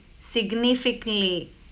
significantly